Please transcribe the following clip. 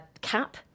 cap